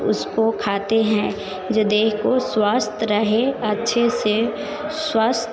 उसको खाते हैं जो देह को स्वस्थ रहें अच्छे से स्वस्थ